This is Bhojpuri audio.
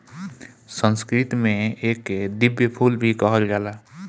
संस्कृत में एके दिव्य फूल भी कहल जाला